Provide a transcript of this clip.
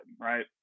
right